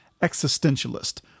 existentialist